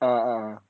ya